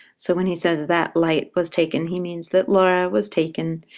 so when he says, that light was taken he means that laura was taken.